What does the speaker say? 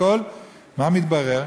אבל מה מתברר?